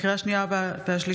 לקריאה השנייה ולקריאה השלישית,